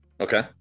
Okay